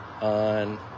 on